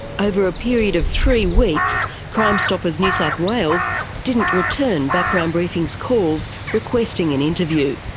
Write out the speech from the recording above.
over a period of three weeks crime stoppers new south wales didn't return background briefing's calls requesting an interview.